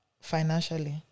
financially